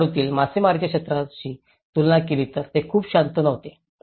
तमिळनाडूतील मासेमारीच्या क्षेत्राशी तुलना केली तर ते खूप शांत नव्हते